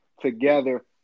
together